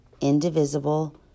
indivisible